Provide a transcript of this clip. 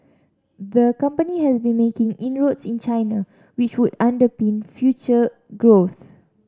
the company has been making inroads in China which would underpin future growth